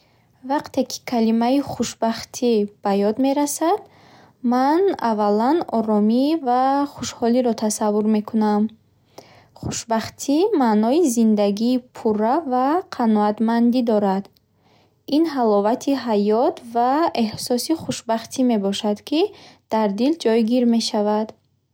Вақте ки калимаи хушбахтӣ ба ёд мерасад, ман аввалан оромӣ ва хушҳолиро тасаввур мекунам. Хушбахтӣ маънои зиндагии пурра ва қаноатмандӣ дорад. Ин ҳаловати ҳаёт ва эҳсоси хушбахтӣ мебошад, ки дар дил ҷойгир мешавад.